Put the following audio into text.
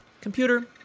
Computer